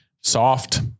soft